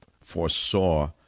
foresaw